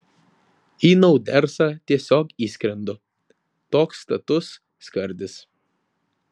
į naudersą tiesiog įskrendu toks status skardis